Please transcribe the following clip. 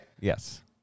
Yes